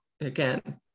again